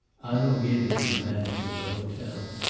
hanaud gave it to the manager of the hotel.